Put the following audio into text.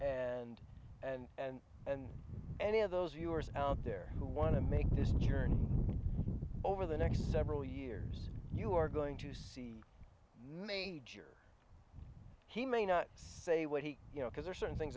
and and and and any of those yours out there who want to make this journey over the next several years you're going to see major he may not say what he you know because there are certain things